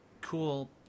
cool